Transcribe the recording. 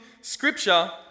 scripture